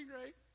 great